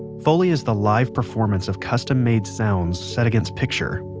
foley is the live performance of custom-made sounds set against picture.